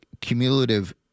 cumulative